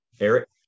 Eric